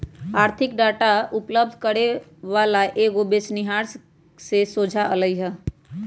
आर्थिक डाटा उपलब्ध करे वला कएगो बेचनिहार से सोझा अलई ह